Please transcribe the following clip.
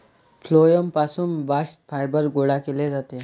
phloem पासून bast fibre गोळा केले जाते